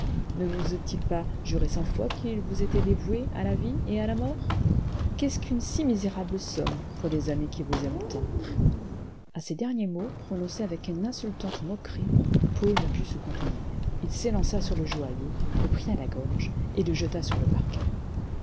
ne vous ont-ils pas juré cent fois qu'ils vous étaient dévoues à la vie et à la mort qu'est-ce qu'une si misérable somme pour des aiîiis qui vous aiment tanti a ces derniers mots prononcés avec une insultante moquerie paul ne put se contenir il s'élança sur le joaillier le prit à la gorge et le jeta sur le parquet